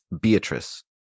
beatrice